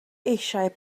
eisiau